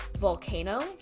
Volcano